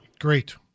Great